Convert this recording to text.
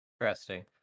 Interesting